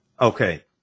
Okay